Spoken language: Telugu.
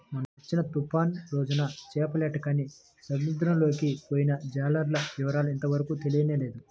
మొన్నొచ్చిన తుఫాను రోజున చేపలేటకని సముద్రంలోకి పొయ్యిన జాలర్ల వివరం ఇంతవరకు తెలియనేలేదు